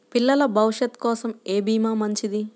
పిల్లల భవిష్యత్ కోసం ఏ భీమా మంచిది?